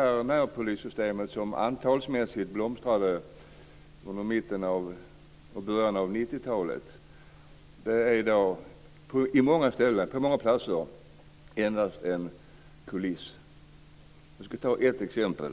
Närpolissystemet, som antalsmässigt blomstrade under början och mitten av 90-talet, är i dag på många platser endast en kuliss. Jag ska ta ett exempel.